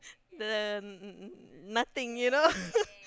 the nothing you know